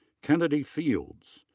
kennedi fields.